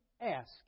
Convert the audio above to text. ask